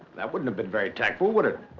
that wouldn't have been very tactful, would it?